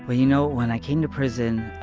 ah you know, when i came to prison